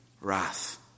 wrath